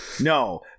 No